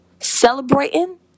celebrating